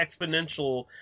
exponential